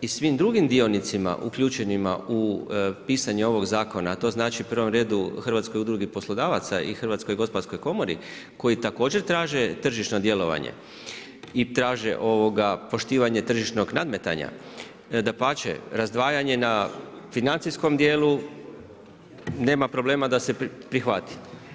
i svim drugim dionicima uključenima u pisanje ovog zakona, a to znači u prvom redu Hrvatskoj udrugi poslodavaca i HGK koji također traže tržišno djelovanje i traže poštivanje tržišnog nadmetanja, dapače, razdvajanje na financijskom dijelu nema problema da se prihvati.